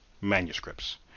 manuscripts